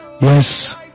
Yes